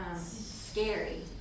scary